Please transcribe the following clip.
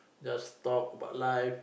just talk about life